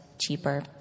cheaper